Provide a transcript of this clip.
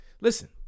Listen